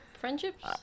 friendships